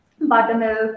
buttermilk